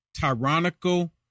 tyrannical